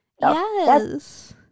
Yes